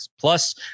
Plus